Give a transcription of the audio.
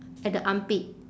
at the armpit